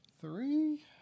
three